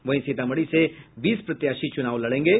वहीं सीतामढ़ी से बीस प्रत्याशी चुनाव लड़ेंगे